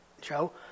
Joe